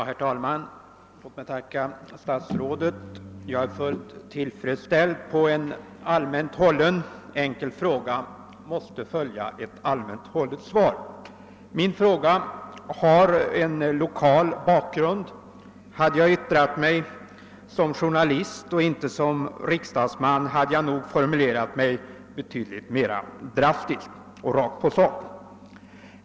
Herr talman! Låt mig tacka statsrådet för svaret. Jag är fullt tillfredsställd med det; på en allmänt hållen enkel fråga måste följa ett allmänt hållet svar. Min fråga har en lokal bakgrund. Hade jag yttrat mig som journalist och inte som riksdagsman hade jag nog formulerat den betydligt mer drastiskt och rakt på sak.